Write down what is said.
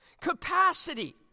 Capacity